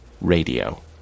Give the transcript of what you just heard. radio